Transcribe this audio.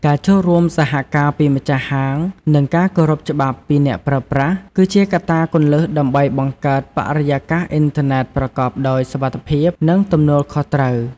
ការចូលរួមសហការពីម្ចាស់ហាង និងការគោរពច្បាប់ពីអ្នកប្រើប្រាស់ គឺជាកត្តាគន្លឹះដើម្បីបង្កើតបរិយាកាសអ៊ីនធឺណិតប្រកបដោយសុវត្ថិភាព និងទំនួលខុសត្រូវ។